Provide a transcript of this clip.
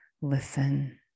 listen